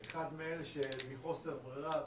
אחד מאלה שמחוסר ברירה